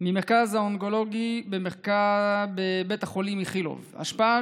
מהמרכז האונקולוגי בבית החולים איכילוב: ההשפעה